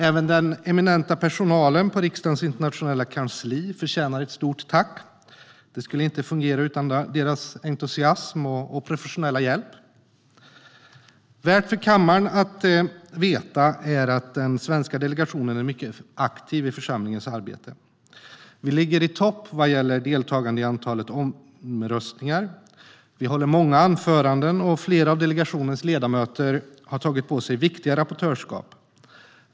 Även den eminenta personalen på riksdagens internationella kansli förtjänar ett stort tack. Det skulle inte fungera utan deras entusiasm och professionella hjälp. Det är värt för kammaren att veta att den svenska delegationen är mycket aktiv i församlingens arbete. Vi ligger i topp beträffande deltagande i antalet omröstningar. Vi håller många anföranden, och flera av delegationens ledamöter har tagit på sig viktiga rapportörskap.